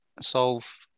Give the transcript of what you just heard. solve